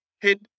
hit